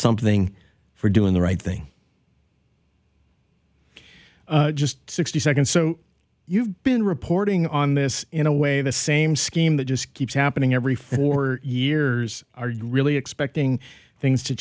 something for doing the right thing just sixty seconds so you've been reporting on this in a way the same scheme that just keeps happening every four years are really expecting things to